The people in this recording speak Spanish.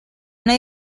una